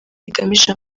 rigamije